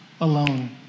alone